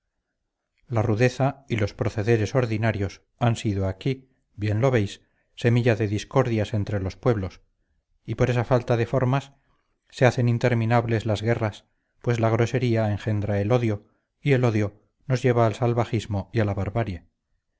la rudeza y los procederes ordinarios han sido aquí bien lo veis semilla de discordias entre los pueblos y por esa falta de formas se hacen interminables las guerras pues la grosería engendra el odio y el odio nos lleva al salvajismo y a la barbarie